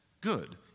good